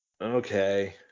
Okay